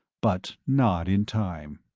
but not in time.